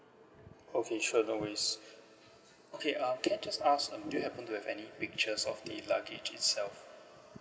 okay sure no worries okay um can I just ask um do you happen to have any pictures of the luggage itself